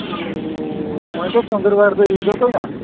کُنوُہ وۅنۍ گوٚو ژٔنٛدر وارِ دۅہ یی زیٚو تُہۍ نا